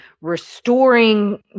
restoring